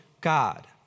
God